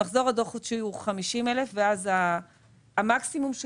המחזור הדו-חודשי הוא 50,000 שקל ואז המקסימום שהוא